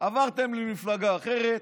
עברתם למפלגה אחרת.